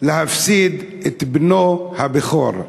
להפסיד את בנו הבכור.